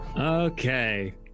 Okay